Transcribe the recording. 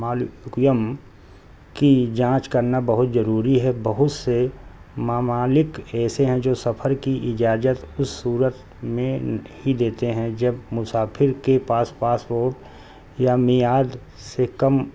مالکیم کی جانچ کرنا بہت ضروری ہے بہت سے ممالک ایسے ہیں جو سفر کی اجازت اس صورت میں ہی دیتے ہیں جب مسافر کے پاس پاسپورٹ یا میعاد سے کم